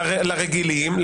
לרגילים,